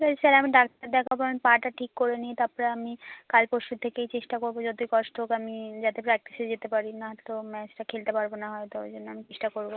তাহলে স্যার আমি ডাক্তার দেখাবো আমি পাটা ঠিক করে নিই তারপরে আমি কাল পরশু থেকেই চেষ্টা করবো যাতে কষ্ট হোক আমি যাতে প্র্যাকটিসে যেতে পারি না তো ম্যাচটা খেলতে পারবো না হয়তো ওই জন্য আমি চেষ্টা করবো